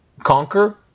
Conquer